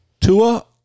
Tua